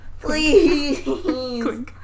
Please